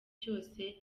cyose